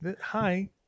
Hi